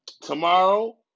Tomorrow